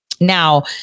Now